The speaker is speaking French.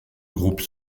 groupes